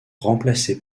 remplacé